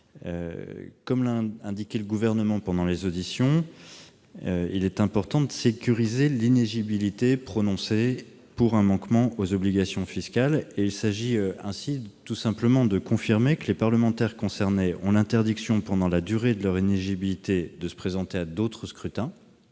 Comme l'a indiqué le Gouvernement au cours de nos auditions, il est important de sécuriser l'inéligibilité prononcée pour un manquement aux obligations fiscales. Il s'agit, tout simplement, de confirmer que, si les parlementaires concernés ont l'interdiction, pendant la durée de leur inéligibilité, de se présenter à d'autres scrutins,